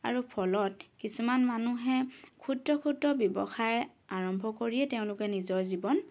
আৰু ফলত কিছুমান মানুহে ক্ষুদ্ৰ ক্ষুদ্ৰ ব্যৱসায় আৰম্ভ কৰিয়ে তেওঁলোকে নিজৰ জীৱন